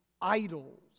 idols